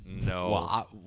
no